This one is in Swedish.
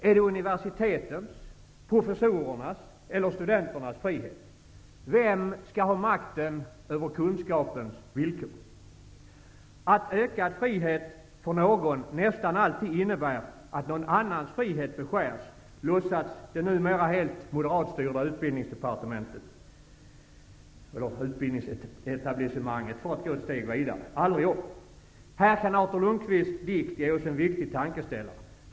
Är det universitetens, professorernas eller studenternas frihet? Vem skall ha makten över kunskapens villkor? Att ökad frihet för någon nästan alltid innebär att någon annans frihet beskärs låtsas det numera helt moderatstyrda utbildningsetablissemanget aldrig om. Här kan Artur Lundkvists dikt ge oss en viktig tankeställare.